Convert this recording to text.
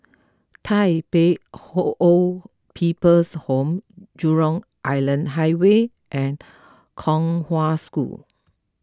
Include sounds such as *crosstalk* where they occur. Tai Pei *hesitation* Old People's Home Jurong Island Highway and Kong Hwa School